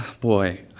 Boy